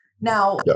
Now